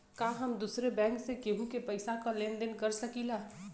का हम दूसरे बैंक से केहू के पैसा क लेन देन कर सकिला?